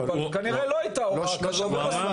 כנראה לא הייתה הוראה כזאת.